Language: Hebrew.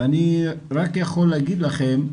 ואני רק יכול להגיד לכם,